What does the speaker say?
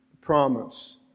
Promise